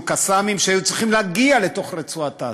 "קסאמים" שהיו צריכים להגיע לתוך רצועת-עזה.